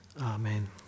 Amen